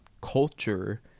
culture